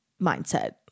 mindset